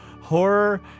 horror